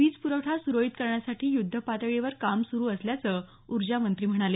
वीज प्रवठा सुरळीत करण्यासाठी युद्धपातळीवर काम सुरू असल्याचं ऊर्जा मंत्री म्हणाले